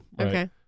Okay